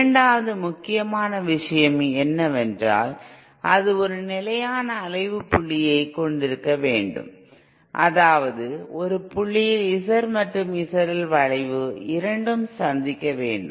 இரண்டாவது முக்கியமான விஷயம் என்னவென்றால் அது ஒரு நிலையான அலைவுப் புள்ளியைக் கொண்டிருக்க வேண்டும் அதாவது ஒரு புள்ளியில் Z மற்றும் ZL வளைவு இரண்டும் சந்திக்க வேண்டும்